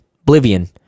oblivion